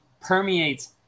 permeates